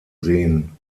sehen